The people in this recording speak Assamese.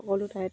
সকলো ঠাইত